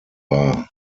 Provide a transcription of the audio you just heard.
war